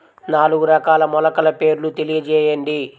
నాలుగు రకాల మొలకల పేర్లు తెలియజేయండి?